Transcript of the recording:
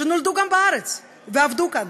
גם כאלה שנולדו בארץ ועבדו כאן